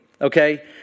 okay